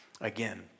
again